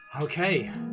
Okay